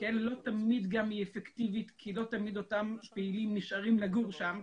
לא תמיד גם היא אפקטיבית כי לא תמיד אותם פעילים נשארים לגור שם,